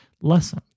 lesson